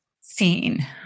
seen